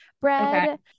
bread